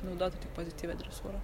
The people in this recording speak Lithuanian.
naudotų tik pozityvią dresūrą